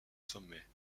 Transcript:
sommet